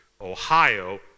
Ohio